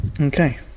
Okay